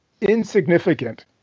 insignificant